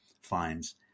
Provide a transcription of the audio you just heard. finds